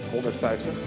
150